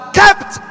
kept